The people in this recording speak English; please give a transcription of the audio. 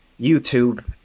YouTube